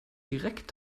direkt